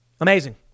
Amazing